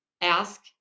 ask